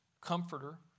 comforter